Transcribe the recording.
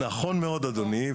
נכון מאוד אדוני,